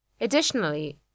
Additionally